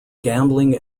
gambling